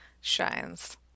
shines